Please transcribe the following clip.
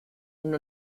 und